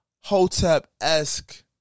Hotep-esque